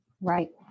Right